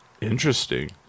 Interesting